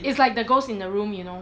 it's like the ghost in the room you know